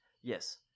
yes